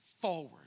forward